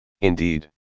Indeed